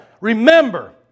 remember